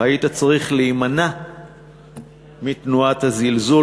היית צריך להימנע מתנועת הזלזול.